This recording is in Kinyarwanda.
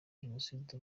jenoside